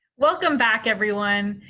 welcome back everyone!